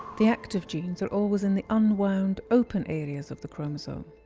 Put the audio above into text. the active genes are always in the unwound open areas of the chromosome.